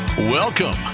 Welcome